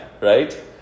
right